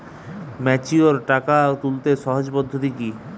Mature টাকা তুলতে সহজ পদ্ধতি কি?